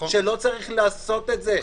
שלא צריך לעשות את זה,